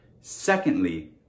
Secondly